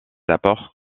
apports